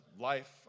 life